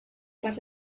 but